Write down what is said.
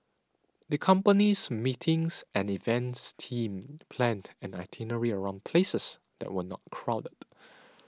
the company's meetings and events team planned an itinerary around places that were not crowded